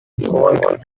called